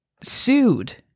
sued